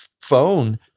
phone